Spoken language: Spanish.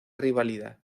rivalidad